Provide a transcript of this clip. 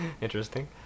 Interesting